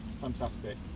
Fantastic